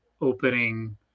opening